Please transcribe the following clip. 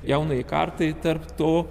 jaunajai kartai tarp to